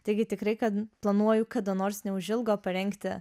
taigi tikrai kad planuoju kada nors neužilgo parengti